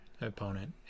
opponent